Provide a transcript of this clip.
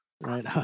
right